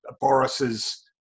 Boris's